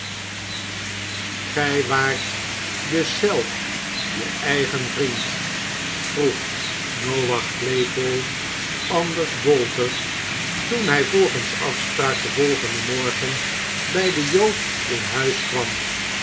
gij waart dus zelf je eigen vriend vroeg noach claypole anders bolter toen hij volgens afspraak den volgenden morgen bij den jood in huis kwam